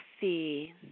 see